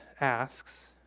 asks